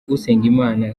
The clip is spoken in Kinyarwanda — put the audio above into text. usengimana